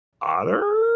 otter